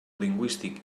lingüístic